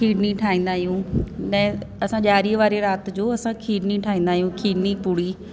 खीरणी ठाहींदा आहियूं नए असां ॾिआरी वारी राति जो असां खीरणी ठाहींदा आयूं खीरणी पूड़ी